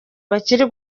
bakiri